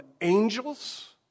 angels